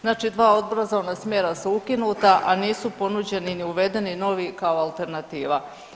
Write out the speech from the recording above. Znači dva obrazovna smjera su ukinuta, a nisu ponuđeni ni uvedeni novi kao alternativa.